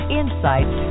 insights